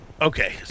okay